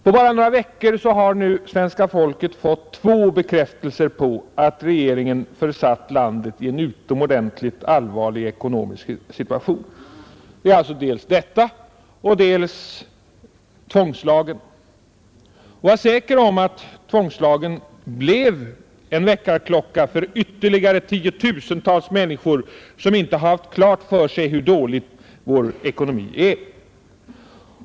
På bara några veckor har svenska folket fått två bekräftelser på att regeringen försatt landet i en utomordentligt allvarlig ekonomisk situation. Det är alltså dels detta, dels tvångslagen. Var säker om att tvångslagen blev en väckarklocka för ytterligare tiotusentals människor som inte har haft klart för sig hur dålig vår ekonomi är.